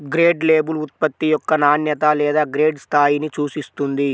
grade label ఉత్పత్తి యొక్క నాణ్యత లేదా గ్రేడ్ స్థాయిని సూచిస్తుంది